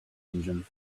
engine